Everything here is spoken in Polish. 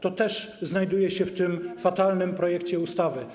To też znajduje się w tym fatalnym projekcie ustawy.